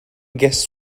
guess